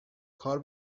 کار